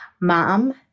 mom